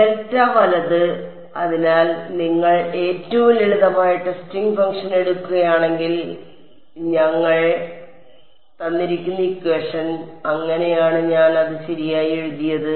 delta വലത് അതിനാൽ നിങ്ങൾ ഏറ്റവും ലളിതമായ ടെസ്റ്റിംഗ് ഫംഗ്ഷൻ എടുക്കുകയാണെങ്കിൽ ഞങ്ങൾ അതിനാൽ അങ്ങനെയാണ് ഞാൻ അത് ശരിയായി എഴുതിയത്